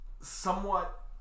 somewhat